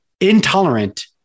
intolerant